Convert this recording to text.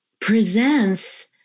presents